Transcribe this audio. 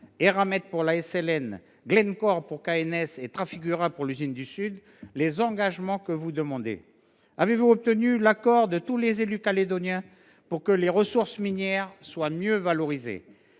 Eramet pour la SLN, Glencore pour KNS et Trafigura pour l’usine du Sud – les engagements que vous demandez ? Avez vous obtenu l’accord de tous les élus calédoniens pour que la ressource minière soit mieux valorisée ?